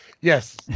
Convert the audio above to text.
Yes